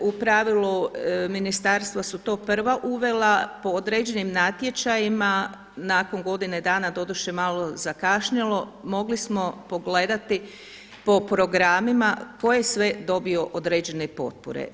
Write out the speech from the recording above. U pravilu ministarstva su to prva uvela po određenim natječajima nakon godine dana doduše malo zakašnjelo, mogli smo pogledati po programima koje sve dobio određene potpore.